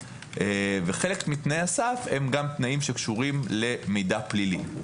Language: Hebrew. חלק מתנאי הסף הם גם תנאים שקשורים למידע פלילי.